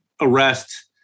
arrest